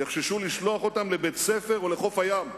יחששו לשלוח אותם לבתי-ספר או לחוף הים.